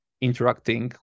interacting